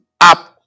up